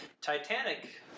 Titanic